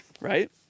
Right